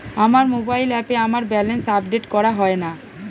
আমার মোবাইল অ্যাপে আমার ব্যালেন্স আপডেট করা হয় না